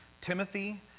Timothy